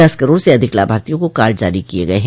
दस करोड़ से अधिक लाभार्थियों को कार्ड जारी किए गए हैं